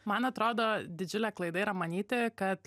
man atrodo didžiulė klaida yra manyti kad